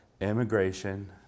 immigration